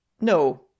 No